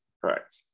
Correct